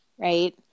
right